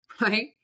right